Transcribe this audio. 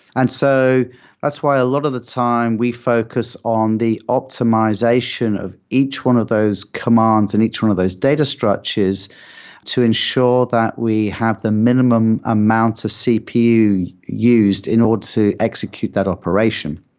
and so that's why a lot of the time we focus on the optimization of each one of those commands and each one of those data structures to ensure that we have the minimum amount of cpu used in order to execute that operation.